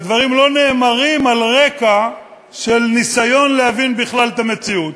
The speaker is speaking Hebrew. והדברים לא נאמרים על רקע של ניסיון להבין בכלל את המציאות.